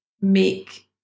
make